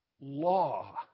law